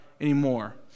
anymore